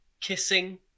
kissing